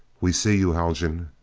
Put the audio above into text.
we see you, haljan.